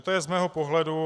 To je z mého pohledu.